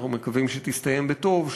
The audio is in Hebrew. שאנחנו מקווים שתסתיים בטוב,